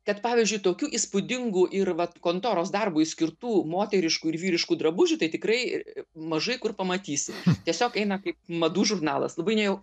kad pavyzdžiui tokių įspūdingų ir vat kontoros darbui skirtų moteriškų ir vyriškų drabužių tai tikrai mažai kur pamatysi tiesiog eina kaip madų žurnalas labai nejau